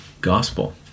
gospel